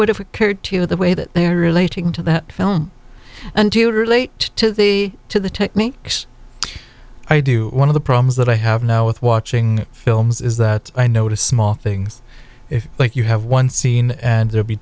would have occurred to you the way that they are relating to that film and to relate to the to the techniques i do one of the problems that i have now with watching films is that i notice small things like you have one scene and there